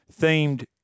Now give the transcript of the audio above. themed